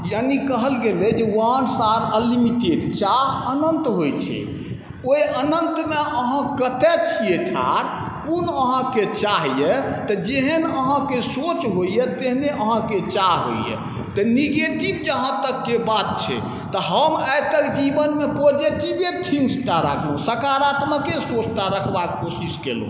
यानी कहल गेल अछि वान्ट्स आर अनलिमिटेड चाह अनन्त होइ छै ओहि अनन्तमे अहाँ कतऽ छिए ठाढ़ कोन अहाँके चाह अइ तऽ जेहन अहाँके सोच होइए तेहने अहाँके चाह होइए तऽ नेगेटिव जहाँ तकके बात छै तऽ हम आइ तक जीवनमे पॉजिटिवे थिन्ग्सटा राखलहुँ सकारात्मके सोचटा राखबाके कोशिश केलहुँ